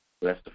Bless